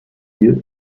lieu